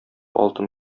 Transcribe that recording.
алтын